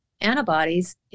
antibodies